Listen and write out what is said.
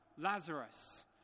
Lazarus